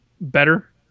better